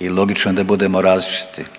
i logično je da budemo različiti,